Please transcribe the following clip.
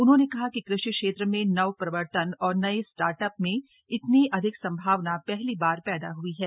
उन्होंने कहा कि कृषि क्षेत्र में नव प्रवर्तन और नये स्टार्टअप में इतनी अधिक संभावना पहली बार पैदा हुई है